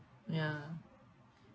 ya